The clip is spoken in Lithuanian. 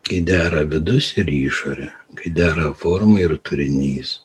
kai dera vidus ir išorė kai dera forma ir turinys